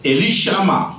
Elishama